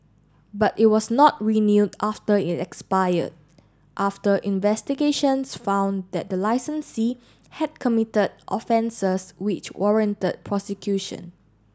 but it was not renewed after it expired after investigations found that the licensee had committed offences which warranted prosecution